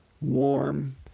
warm